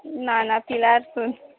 ना ना पिलारसून